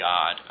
God